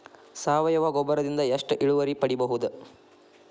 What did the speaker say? ಸಾವಯವ ಗೊಬ್ಬರದಿಂದ ಎಷ್ಟ ಇಳುವರಿ ಪಡಿಬಹುದ?